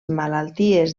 malalties